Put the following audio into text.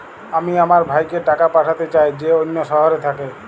আমি আমার ভাইকে টাকা পাঠাতে চাই যে অন্য শহরে থাকে